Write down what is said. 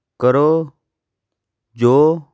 ਕਰੋ ਜੋ